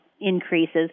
increases